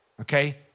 Okay